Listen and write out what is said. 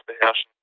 beherrschen